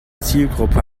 zielgruppe